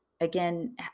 again